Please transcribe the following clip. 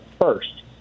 first